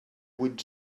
vuit